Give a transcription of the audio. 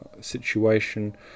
situation